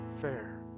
fair